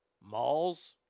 Malls